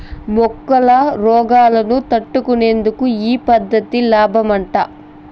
మొక్కల రోగాలను తట్టుకునేందుకు ఈ పద్ధతి లాబ్మట